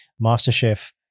MasterChef